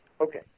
okay